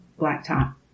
blacktop